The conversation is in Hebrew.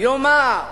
ויאמר